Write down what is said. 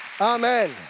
amen